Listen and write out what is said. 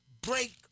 break